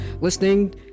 listening